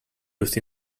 used